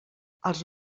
els